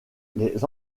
les